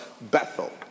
Bethel